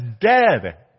dead